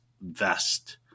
vest